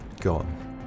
gone